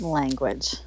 language